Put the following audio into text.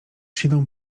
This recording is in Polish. siną